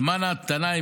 זמן ההמתנה,